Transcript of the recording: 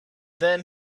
then